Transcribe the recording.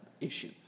issue